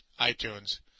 iTunes